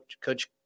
coach